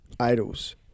idols